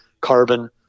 carbon